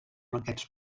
aquests